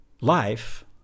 life